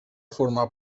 formar